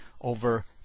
over